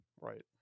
Right